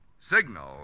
signal